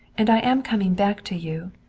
and i am coming back to you.